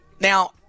Now